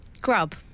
Grub